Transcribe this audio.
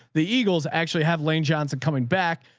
the eagles actually have lane johnson coming back,